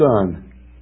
son